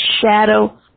shadow